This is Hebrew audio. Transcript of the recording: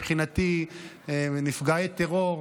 מבחינתי מבצעי טרור